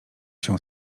się